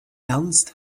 ernst